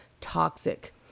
toxic